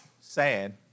sad